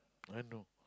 I know